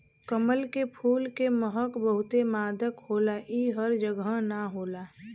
कमल के फूल के महक बहुते मादक होला इ हर जगह ना होला